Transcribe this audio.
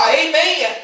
amen